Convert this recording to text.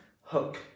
hook